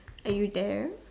are you there